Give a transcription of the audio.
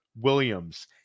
Williams